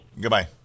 Goodbye